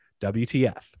WTF